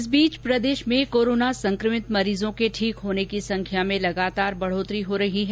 इस बीच प्रदेश में कोरोना संक्रभित मरीजों के ठीक होने की संख्या में लगातार इजाफा हो रहा हैं